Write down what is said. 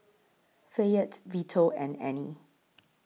Fayette Vito and Annie